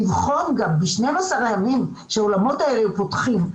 לבחון גם ב-12 הימים שהאולמות האלה פותחים,